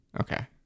okay